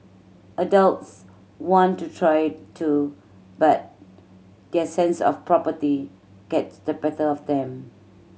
adults want to try it too but their sense of property gets the better of them